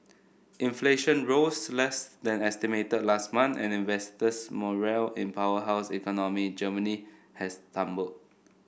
inflation rose less than estimated last month and investors morale in powerhouse economy Germany has tumbled